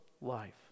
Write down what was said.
life